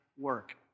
work